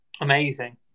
Amazing